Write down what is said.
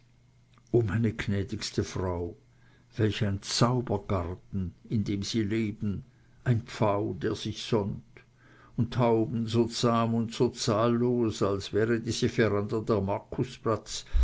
o meine gnädigste frau welch ein zaubergarten in dem sie leben ein pfau der sich sonnt und tauben so zahm und so zahllos als wäre diese veranda der